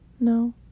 No